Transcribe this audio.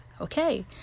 Okay